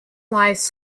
lies